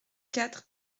quatre